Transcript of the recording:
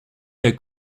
der